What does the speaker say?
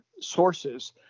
sources